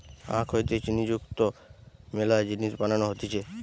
আখ হইতে চিনি যুক্ত মেলা জিনিস বানানো হতিছে